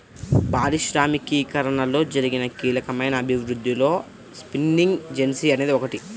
పారిశ్రామికీకరణలో జరిగిన కీలకమైన అభివృద్ధిలో స్పిన్నింగ్ జెన్నీ అనేది ఒకటి